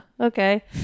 okay